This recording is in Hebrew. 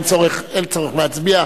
אין צורך להצביע.